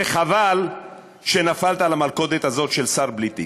חבל שנפלת למלכודת הזו של שר בלי תיק.